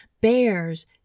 bears